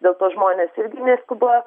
dėl to žmonės neskuba